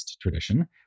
tradition